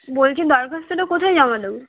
বলছি দরখাস্তটা কোথায় জমা দেবো